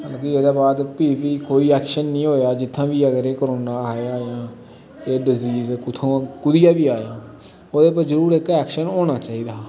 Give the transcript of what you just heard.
मतलब की एह्दे बाद भीऽ वी कोई एक्शन नि होया जित्थां वी अगर एह् कोरोना आया यां एह् डिजीज कुत्थुआं कुदिया वी आया ओह्दे उप्पर जरूर इक एक्शन होना चाहिदा हा